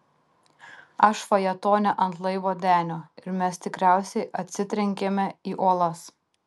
aš fajetone ant laivo denio ir mes tikriausiai atsitrenkėme į uolas